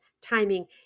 timing